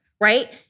right